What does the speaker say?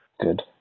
Good